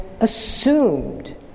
assumed